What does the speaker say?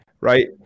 right